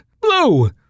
blue